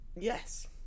Yes